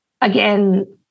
Again